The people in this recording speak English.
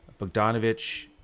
bogdanovich